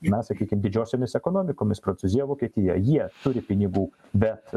na sakykim didžiosiomis ekonomikomis prancūzija vokietija jie turi pinigų bet